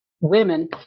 women